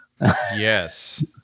Yes